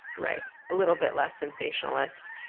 right. a little bit less sensationalist.